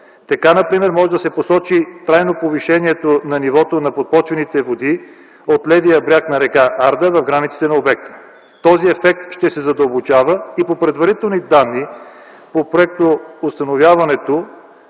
Така например може да се посочи трайно повишение на подпочвените води от левия бряг на р. Арда в границите на обекта. Този ефект ще се задълбочава. По предварителни данни по проекта ще трябва